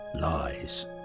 lies